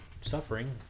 suffering